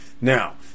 Now